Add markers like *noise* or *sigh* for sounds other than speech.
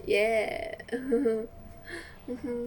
ya *laughs*